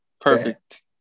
Perfect